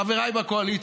חבריי בקואליציה,